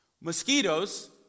Mosquitoes